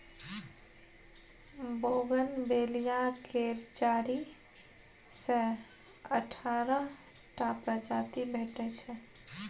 bougainvillea केर चारि सँ अठारह टा प्रजाति भेटै छै